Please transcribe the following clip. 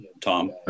Tom